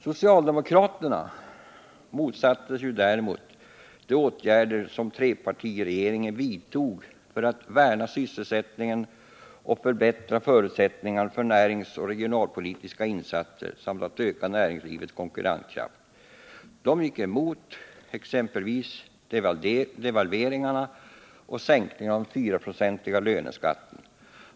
Socialdemokraterna motsatte sig däremot de åtgärder som trepartiregeringen vidtog för att värna sysselsättningen, förbättra förutsättningarna för näringsoch regionalpolitiska insatser samt öka näringslivets konkurrenskraft. De gick emot exempelvis devalveringarna och sänkningen av den 4-procentiga löneskatten.